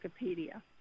Wikipedia